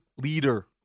leader